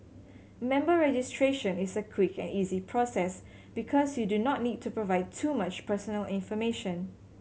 member registration is a quick and easy process because you do not need to provide too much personal information